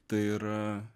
tai ir